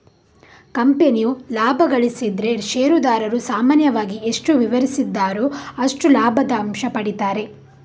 ಕಂಪನಿಯು ಲಾಭ ಗಳಿಸಿದ್ರೆ ಷೇರುದಾರರು ಸಾಮಾನ್ಯವಾಗಿ ಎಷ್ಟು ವಿವರಿಸಿದ್ದಾರೋ ಅಷ್ಟು ಲಾಭದ ಅಂಶ ಪಡೀತಾರೆ